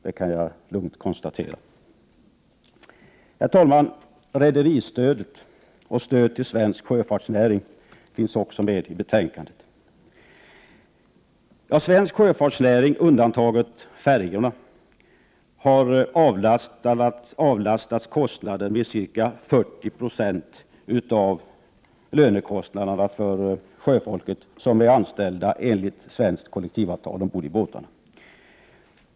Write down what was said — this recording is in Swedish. Det kan jag lugnt konstatera. Herr talman! Rederistödet och stöd till svensk sjöfartsnäring finns också med i betänkandet. Svensk sjöfartsnäring, undantaget färjorna, har avlastats ca 40 96 av lönekostnaderna för sjöfolket som har svenskt kollektivavtal ombord på båtarna.